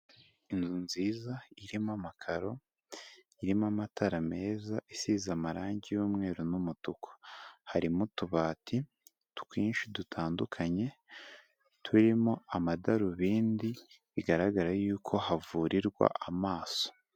Inzu nziza irimo amakaro, irimo amatara meza, isize amarangi y'umweru n'umutuku. Harimo utubati twinshi dutandukanye, turimo amadarubindi bigaragara y'uko havurirwa amaso.